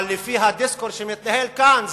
אבל לפי ה"דיסקור" שמתנהל כאן,